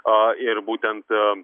a ir būtent